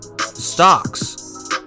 stocks